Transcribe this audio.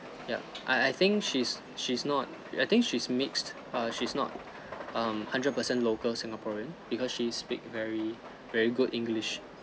ya I I think she's she's not I think she's mixed err she's not um hundred percent local singaporean because she speak very very good english